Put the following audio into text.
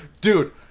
dude